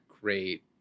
great